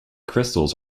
crystals